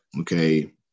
okay